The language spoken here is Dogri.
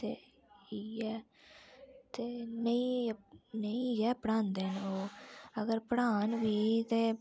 ते इ'यै ते नेईं नेईं गै पढ़ांदे न ओह् अगर पढ़ान बी ते